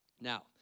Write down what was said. Now